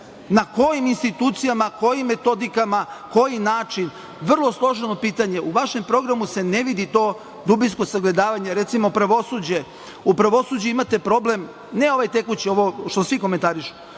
na kojim institucijama, kojim metodama, na koji način. Vrlo složeno pitanje. U vašem programu se ne vidi to dubinsko sagledavanje. Recimo pravosuđe, u pravosuđu imate problem, ne ovaj tekući, ovo što svi komentarišu,